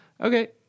okay